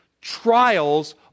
trials